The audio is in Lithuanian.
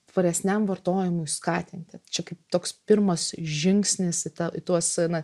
tvaresniam vartojimui skatinti čia kaip toks pirmas žingsnis į tą tuos na